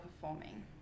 performing